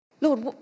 Lord